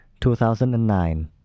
2009